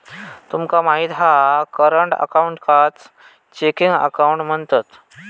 तुमका माहित हा करंट अकाऊंटकाच चेकिंग अकाउंट म्हणतत